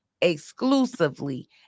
exclusively